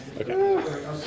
Okay